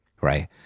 right